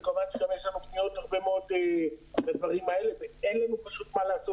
וכמובן שגם יש לנו הרבה פניות לדברים האלה ואין לנו מה לעשות.